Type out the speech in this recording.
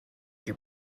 your